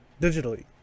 digitally